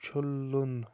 چھُلُن